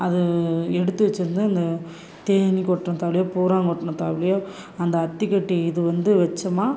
அது எடுத்து வச்சிருந்து அந்த தேனீ கொட்னத்தாவுலையோ பூரான் கொட்னத்தாவுலையோ அந்த அத்தி கட்டி இது வந்து வச்சமா